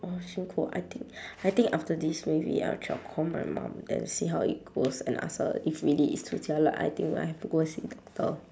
oh so cold I think I think after this maybe I'll try call my mum and see how it goes and ask her if really is too jialat I think I have to go and see doctor